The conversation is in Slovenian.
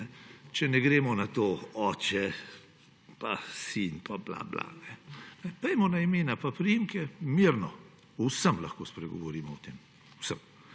da ne gremo na to, oče pa sin pa bla bla. Pojdimo na imena in priimke, mirno, o vsem lahko spregovorimo, o tem, o vsem.